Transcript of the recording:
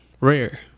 rare